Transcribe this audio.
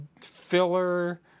filler